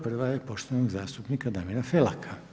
Prva je poštovanog zastupnika Damira FElaka.